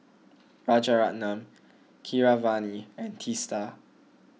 Rajaratnam Keeravani and Teesta